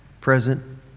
present